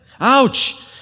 Ouch